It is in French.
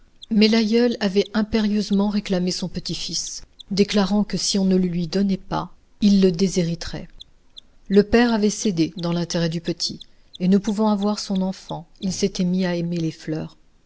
mais l'aïeul avait impérieusement réclamé son petit-fils déclarant que si on ne le lui donnait pas il le déshériterait le père avait cédé dans l'intérêt du petit et ne pouvant avoir son enfant il s'était mis à aimer les fleurs